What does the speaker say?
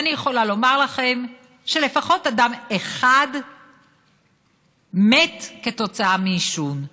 כאן אני יכולה לומר לכם שלפחות אדם אחד מת כתוצאה מעישון,